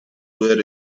were